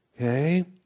Okay